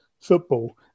football